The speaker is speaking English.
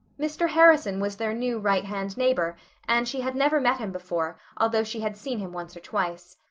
mr. harrison was their new righthand neighbor and she had never met him before, although she had seen him once or twice.